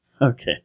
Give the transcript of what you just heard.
Okay